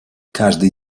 каждый